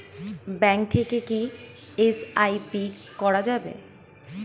Bank থেকে কী SIP করা যাবে?